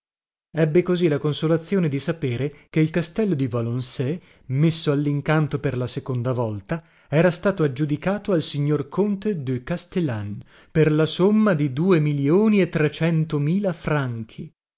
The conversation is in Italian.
ebbi così la consolazione di sapere che il castello di valenay messo allincanto per la seconda volta era stato aggiudicato al signor conte de castellane per la somma di due milioni e trecentomila franchi